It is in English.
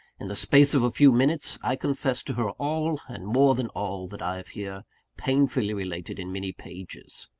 in the space of a few minutes, i confessed to her all, and more than all, that i have here painfully related in many pages.